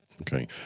Okay